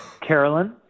Carolyn